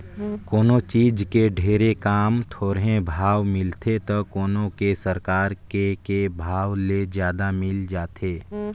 कोनों चीज के ढेरे काम, थोरहें भाव मिलथे त कोनो के सरकार के के भाव ले जादा मिल जाथे